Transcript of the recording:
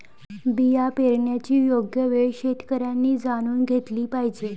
बिया पेरण्याची योग्य वेळ शेतकऱ्यांनी जाणून घेतली पाहिजे